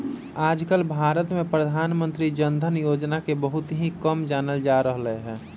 आजकल भारत में प्रधानमंत्री जन धन योजना के बहुत ही कम जानल जा रहले है